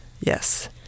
Yes